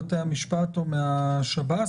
כמו שאמרתי,